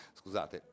scusate